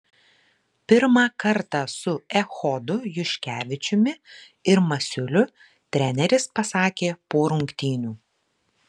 pirmą kartą su echodu juškevičiumi ir masiuliu treneris pasakė po rungtynių